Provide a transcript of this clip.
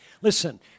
Listen